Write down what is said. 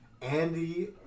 Andy